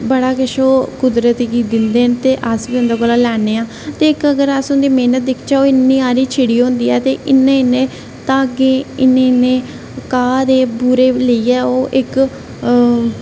बड़ा किश ओह् कुदरत गी दिंदे न ते अस बी उं'दे कोला लैन्ने आं ते इक अगर अस उं'दी मैह्नत दिक्खचै ते ओह् इन्नी हारी चिड़ी होंदी ऐ ते इन्ने धागे इन्ने इन्ने घाह् दे भुरे लेइयै ओह् इक